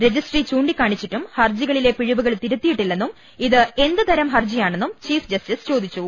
registry ചൂണ്ടിക്കാണിച്ചിട്ടും ഹർജികളിലെ പിഴവുകൾ തിരുത്തിയില്ലെന്നും ഇത് എന്ത്തരം ഹർജിയാണെന്നും ചീഫ് ജസ്റ്റിസ് ചോദിച്ചു